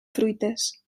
fruites